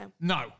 No